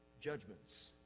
judgments